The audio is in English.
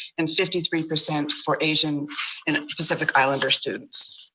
and fifty three percent for asian and pacific islander students.